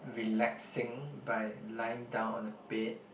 relaxing by lying down on the bed